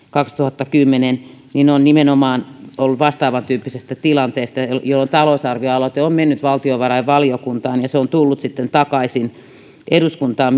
kaksituhattakymmenen on nimenomaan ollut kyse vastaavantyyppisestä tilanteesta jolloin talousarvioaloite on mennyt valtiovarainvaliokuntaan ja se on tullut sitten takaisin eduskuntaan